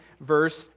verse